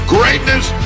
Greatness